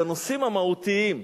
ובנושאים המהותיים,